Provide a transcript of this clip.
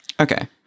Okay